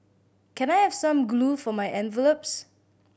can I have some glue for my envelopes